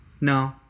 No